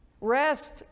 rest